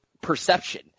perception